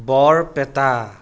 Barpeta